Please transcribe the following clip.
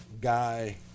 guy